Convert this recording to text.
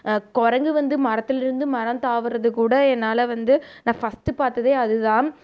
குரங்கு வந்து மரத்துலிருந்து மரம் தாவுவதுகூட என்னால் வந்து நான் ஃபஸ்ட்டு பார்த்ததே அதுதான்